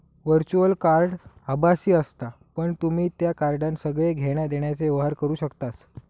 virtual card आभासी असता पण तुम्ही त्या कार्डान सगळे घेण्या देण्याचे व्यवहार करू शकतास